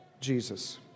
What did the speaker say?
Jesus